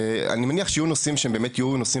אני מניח שיהיו נושאים שהם באמת יהיו נושאים